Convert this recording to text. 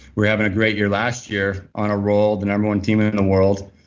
were having a great year last year, on a roll, the number one team and in the world.